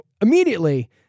immediately